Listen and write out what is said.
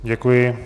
Děkuji.